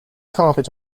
carpet